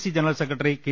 C general secretary K